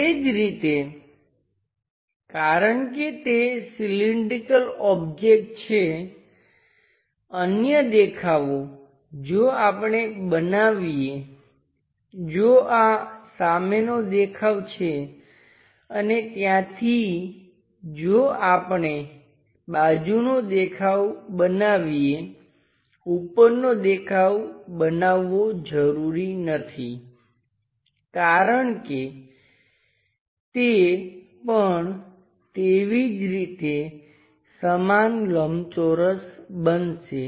તે જ રીતે કારણ કે તે સિલીંડ્રિકલ ઓબ્જેક્ટ છે અન્ય દેખાવો જો આપણે બનાવીએ જો આ સામેનો દેખાવ છે અને ત્યાંથી જો આપણે બાજુનો દેખાવ બનાવીએ ઉપરનો દેખાવ બનાવવો જરૂરી નથી કારણ કે તે પણ તેવી જ રીતે સમાન લંબચોરસ બનશે